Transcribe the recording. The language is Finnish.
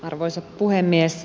arvoisa puhemies